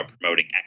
promoting